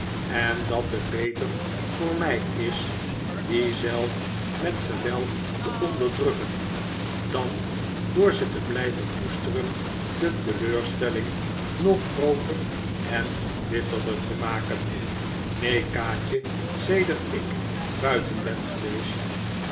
en dat het beter voor mij is die zelf met geweld te onderdrukken dan door ze te blijven koesteren de teleurstelling nog grooter en bitterder te maken neen kaatje sedert ik buiten ben geweest